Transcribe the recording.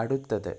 അടുത്തത്